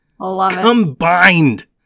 combined